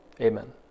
amen